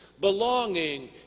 belonging